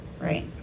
Right